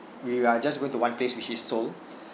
we are just going to one place which is seoul